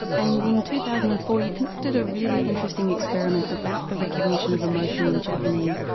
and in two thousand and four you conducted a really interesting experiment about the recognition of emotion in japanese,